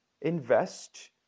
invest